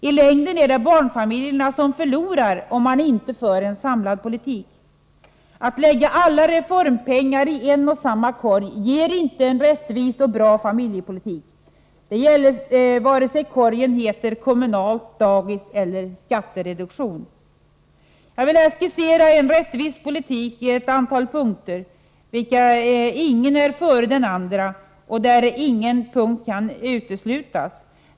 I längden är det barnfamiljerna som förlorar om man inte för en samlad politik. Att lägga alla reformpengar i en och samma korg ger inte en rättvis och bra familjepolitik. Det gäller vare sig korgen heter kommunalt dagis eller skattereduktion. Jag vill här skissera en rättvis politik i ett antal punkter, av vilka ingen skall sättas före den andra och där ingen punkt kan uteslutas.